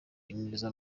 ineza